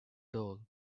doll